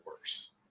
worse